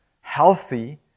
healthy